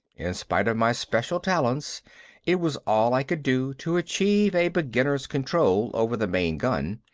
in spite of my special talents it was all i could do to achieve a beginner's control over the main gun,